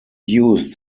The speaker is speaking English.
used